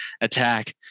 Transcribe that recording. attack